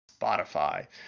Spotify